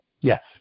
yes